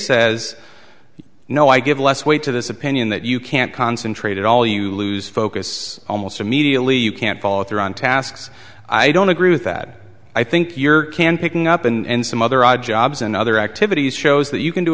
says no i give less weight to this opinion that you can't concentrate at all you lose focus almost immediately you can't follow through on tasks i don't agree with that i think you're can picking up and some other odd jobs and other activities shows that you can do